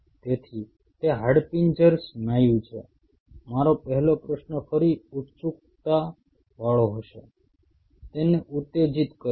તેથી તે હાડપિંજર સ્નાયુ છે મારો પહેલો પ્રશ્ન ફરી ઉત્સુકતા વાળો હશે તેને ઉત્તેજિત કરશે